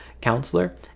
counselor